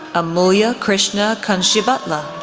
amulya krishna kanchibhatla,